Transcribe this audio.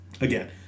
Again